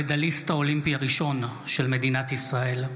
המדליסט האולימפי הראשון של מדינת ישראל,